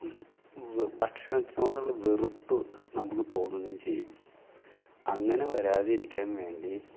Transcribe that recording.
ഭക്ഷണത്തിനോടുള്ള വെറുപ്പ് നമുക്ക് തോന്നുകയും ചെയ്യും അങ്ങനെ വരാതിരിക്കാന് വേണ്ടി